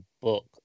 book